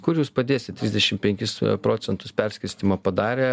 kur jūs padėsit trisdešim penkis procentus perskirstymą padarę